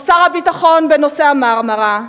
או שר הביטחון בנושא ה"מרמרה",